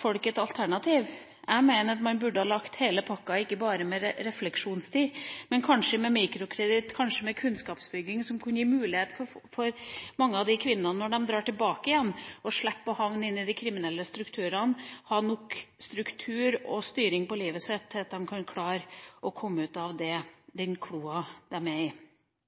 folk et alternativ. Jeg mener at man burde ha lagt hele pakka – ikke bare med refleksjonstid, men kanskje med mikrokreditt, kanskje med kunnskapsbygging, som kunne gitt mange av kvinnene når de drar tilbake igjen, mulighet for å slippe å havne i de kriminelle strukturene og ha nok struktur og styring på livet sitt til at de kan klare å komme ut av den kloa de er i.